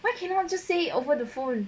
what cannot just say over the phone